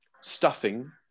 stuffing